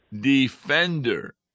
defender